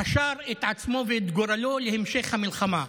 קשר את עצמו ואת גורלו להמשך המלחמה.